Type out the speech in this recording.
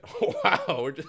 Wow